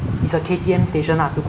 uh very nice curry chicken